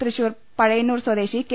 തൃശൂർ പഴയന്നൂർ സ്വദേശി കെ